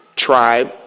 tribe